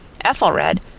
Ethelred